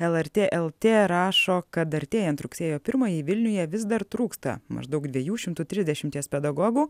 lrt lt rašo kad artėjant rugsėjo pirmajai vilniuje vis dar trūksta maždaug dviejų šimtų trisdešimties pedagogų